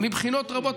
מבחינות רבות,